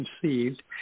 conceived